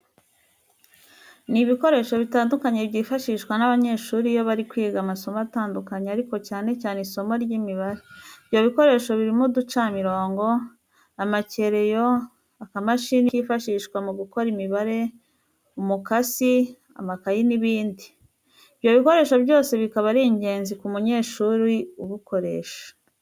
Ni ibikoresho bitandukanye byifashishwa n'abanyeshuri iyo bari kwiga amasomo atandukanye ariko cyane cyane isimo ry'Imibare. ibyo bikoresho birimo uducamirongo, amakereyo, akamashini kifashishwa mu gukora imibare, umukasi, amakayi n'ibindi. Ibyo bikoresho byose bikaba ari ingenzi ku munyeshuri ubukoresha.